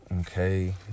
Okay